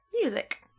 music